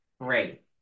Great